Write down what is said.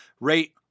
Rate